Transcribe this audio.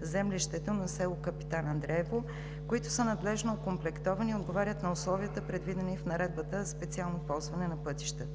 землището на село Капитан Андреево, които са надлежно окомплектовани и отговарят на условията, предвидени в Наредбата за специално ползване на пътищата.